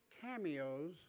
cameos